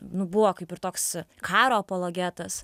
nu buvo kaip ir toks karo apologetas